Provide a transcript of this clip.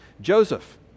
Joseph